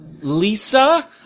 Lisa